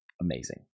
amazing